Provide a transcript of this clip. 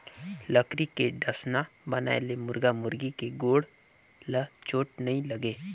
लकरी के डसना बनाए ले मुरगा मुरगी के गोड़ ल चोट नइ लागे